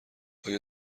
آیا